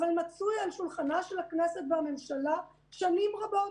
אבל נמצא על שולחן הכנסת והממשלה שנים רבות.